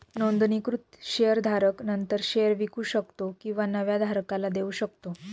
नोंदणीकृत शेअर धारक नंतर शेअर विकू शकतो किंवा नव्या धारकाला देऊ शकतो